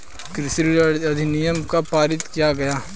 कृषि ऋण अधिनियम कब पारित किया गया?